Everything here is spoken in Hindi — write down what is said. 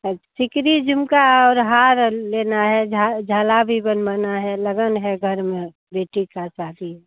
और चिकरी झुमका और हार लेना है झा झाला भी बनवाना है लगन है घर में बेटी का तभी